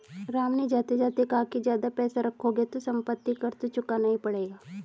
राम ने जाते जाते कहा कि ज्यादा पैसे रखोगे तो सम्पत्ति कर तो चुकाना ही पड़ेगा